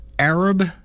Arab